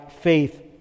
faith